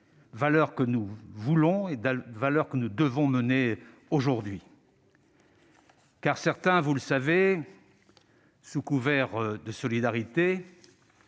valeurs que nous voulons et devons mener aujourd'hui. Car certains, vous le savez, sous couvert de solidarité,